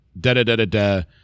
da-da-da-da-da